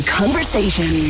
conversation